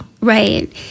Right